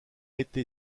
été